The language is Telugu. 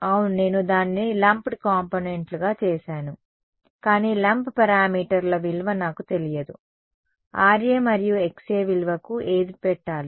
అవును నేను దానిని లంప్డ్ కాంపోనెంట్లుగా చేసాను కానీ లంప్ పారామీటర్ల విలువ నాకు తెలియదు Ra మరియు Xa విలువకు ఏది పెట్టాలి